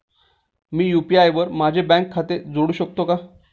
मी UPI वर माझे bank खाते जोडू शकतो का?